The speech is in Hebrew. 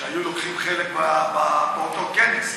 שהם היו לוקחים חלק באותו כנס,